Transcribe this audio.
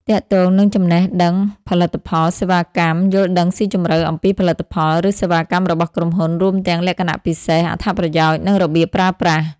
ទាក់ទងនឹងចំណេះដឹងផលិតផល សេវាកម្ម យល់ដឹងស៊ីជម្រៅអំពីផលិតផល ឬសេវាកម្មរបស់ក្រុមហ៊ុន រួមទាំងលក្ខណៈពិសេស អត្ថប្រយោជន៍ និងរបៀបប្រើប្រាស់។